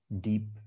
deep